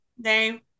name